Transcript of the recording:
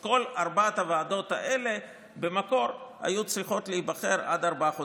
כל ארבע הוועדות האלה במקור היו צריכות להיבחר בתוך ארבעה חודשים,